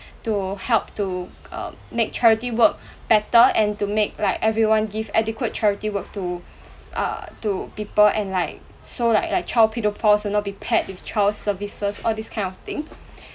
to help to um make charity work better and to make like everyone give adequate charity work to uh to people and like so like like child paedophile to not be paired with child's services all these kind of thing